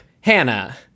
Hannah